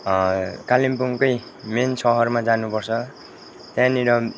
कालिम्पोङकै मेन सहरमा जानुपर्छ त्यहाँनिर